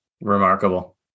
Remarkable